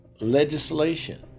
legislation